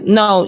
no